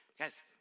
guys